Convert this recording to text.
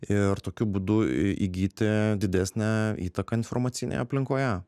ir tokiu būdu įgyti didesnę įtaką informacinėje aplinkoje